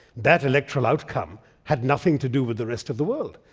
that electoral outcome had nothing to do with the rest of the world.